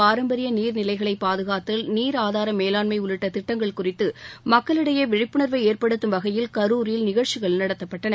பாரம்பரிய நீர்நிலைகளை பாதுகாத்தல் நீர் ஆதார மேலாண்மை உள்ளிட்ட திட்டங்கள் குறித்து மக்களிடையே விழிப்புணர்வை ஏற்படுத்தும் வகையில் கரூரில் நிகழ்ச்சிகள் நடத்தப்பட்டன